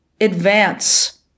advance